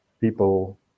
people